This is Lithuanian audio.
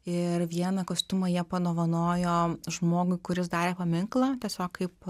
ir vieną kostiumą jie padovanojo žmogui kuris darė paminklą tiesiog kaip